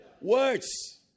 Words